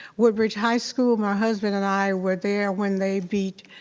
woodbridge high school, my husband and i were there when they beat